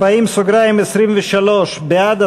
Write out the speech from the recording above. סעיף 40(23): בעד,